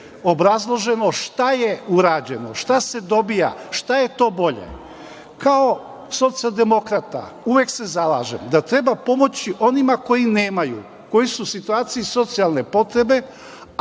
obrazloženo šta je urađeno, šta se dobija, šta je to bolje. Kao socijaldemokrata, uvek se zalažem da treba pomoći onima koji nemaju, koji su u situaciji socijalne potrebe,